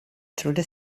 through